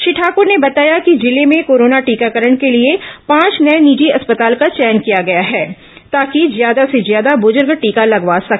श्री ठाकुर ने बताया कि जिले में कोरोना टीकाकरण के लिए पांच नये निजी अस्पताल का चयन किया गया है ताकि ज्यादा से ज्यादा बुजुर्ग टीका लगवा सके